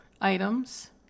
items